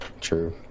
true